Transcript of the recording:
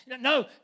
No